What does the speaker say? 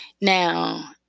Now